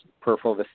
peripheral